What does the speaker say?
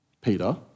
Peter